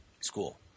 school